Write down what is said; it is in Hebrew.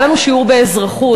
והיה לנו שיעור באזרחות.